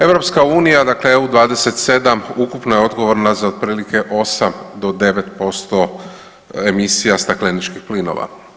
EU dakle EU 27 ukupno je odgovorna za otprilike 8 do 9% emisija stakleničkih plinova.